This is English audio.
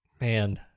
Man